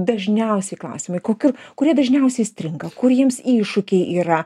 dažniausi klausimai kokių kurie dažniausiai stringa kur jiems iššūkiai yra